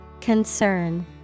Concern